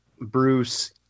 Bruce